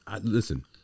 listen